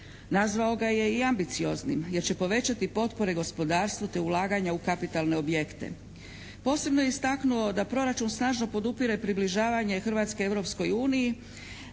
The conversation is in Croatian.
Nazvao ga je i ambicioznim jer će povećati potpore gospodarstvu te ulaganja u kapitalne objekte. Posebno je istaknuo da proračun snažno podupire približavanje Hrvatske Europskoj unije